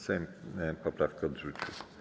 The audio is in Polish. Sejm poprawkę odrzucił.